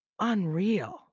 Unreal